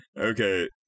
Okay